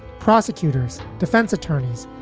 prosecutors, defense attorneys,